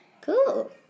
Cool